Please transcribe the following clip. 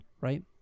right